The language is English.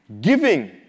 giving